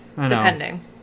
Depending